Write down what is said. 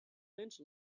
lynch